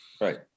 Right